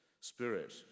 spirit